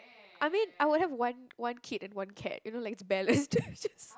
I mean I would have one one kid and one cat you know like it's balanced just just